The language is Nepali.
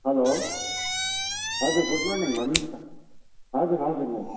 हल्लो हजुर गुड मर्निङ भन्नुहोस् न हजुर हजुर मेम